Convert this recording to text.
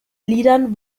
liedern